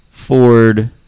Ford